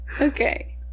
Okay